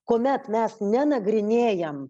kuomet mes nenagrinėjam